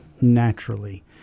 naturally